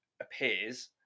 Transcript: appears